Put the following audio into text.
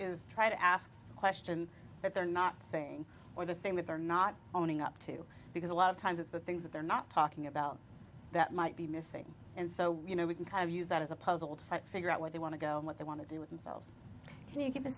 is try to ask a question that they're not saying or the thing that they're not owning up to because a lot of times it's the things that they're not talking about that might be missing and so you know we can kind of use that as a puzzle to figure out what they want to go and what they want to do with themselves